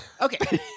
Okay